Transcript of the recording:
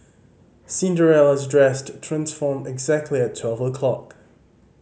Cinderella's dress transformed exactly at twelve o'clock